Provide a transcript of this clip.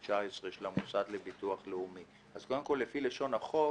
המוסד לביטוח לאומי לשנת 2019. לפי לשון החוק